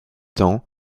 temps